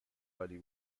عالی